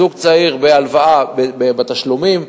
הזוג צעיר, בהלוואה, בתשלומים,